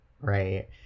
right